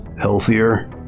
healthier